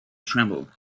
tremble